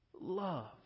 love